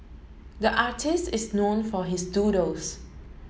the artist is known for his doodles